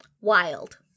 Wild